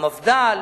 המפד"ל,